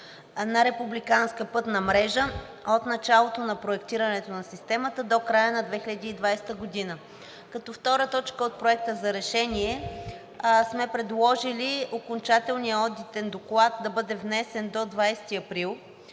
на републиканска пътна мрежа от началото на проектирането на системата до края на 2020 г. Като втора точка от Проекта за решение сме предложили окончателният одитен доклад да бъде внесен до 20 април,